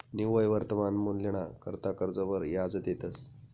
निव्वय वर्तमान मूल्यना करता कर्जवर याज देतंस